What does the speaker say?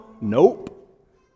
Nope